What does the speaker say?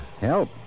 help